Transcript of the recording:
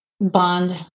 bond